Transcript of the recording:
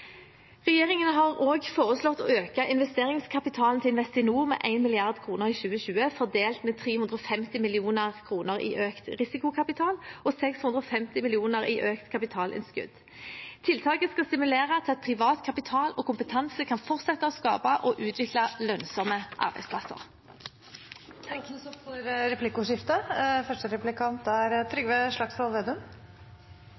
Regjeringen har også foreslått å øke investeringskapitalen til Investinor med 1 mrd. kr i 2020, fordelt med 350 mill. kr i økt risikokapital og 650 mill. kr i økt kapitalinnskudd. Tiltaket skal stimulere til at privat kapital og kompetanse kan fortsette å skape og utvikle lønnsomme arbeidsplasser. Det blir replikkordskifte. Næringsministeren er jo ansvarlig statsråd for matforsyning. I den innstillingen som nå er